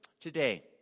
today